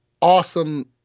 awesome